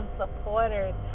supporters